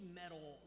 metal